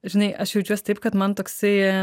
žinai aš jaučiuos taip kad man toksai